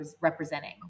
representing